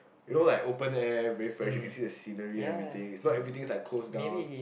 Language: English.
you know like open air very fresh you can see the scenery and everything if not everything is like closed down